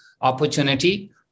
opportunity